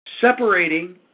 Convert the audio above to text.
Separating